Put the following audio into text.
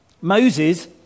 Moses